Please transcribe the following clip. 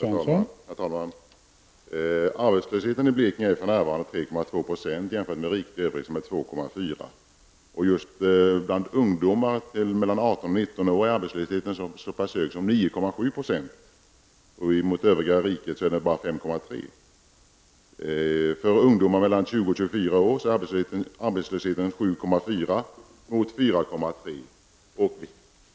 Herr talman! Arbetslösheten i Blekinge är för närvarande 3,2 %, i riket i övrigt 2,4 %. Bland ungdomar mellan 18 och 19 år är arbetslösheten så pass hög som 9,7 %, i övriga riket bara 5,3 %. 7,4 % i Blekinge mot 4,3 % i riket.